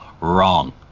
wrong